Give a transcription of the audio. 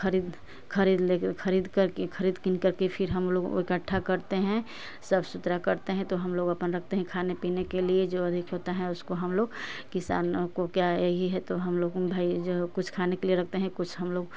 खरीद खरीद ले कर खरीद करके खरीद किन करके फिर हम लोग इकट्ठा करते हैं साफ सुथरा करते हैं हम लोग अपन रखते हैं खाने पीने के लिए जो अधिक होता है उसको हम लोग किसान को क्या ही है तो हम लोग भाई जो कुछ खाने के लिए रखते हैं